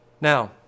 Now